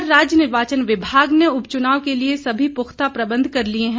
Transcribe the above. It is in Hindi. इधर राज्य निर्वाचन विभाग ने उपचुनाव के लिए सभी पुख्ता प्रबंध कर लिए हैं